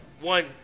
one